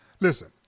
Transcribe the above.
listen